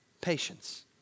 patience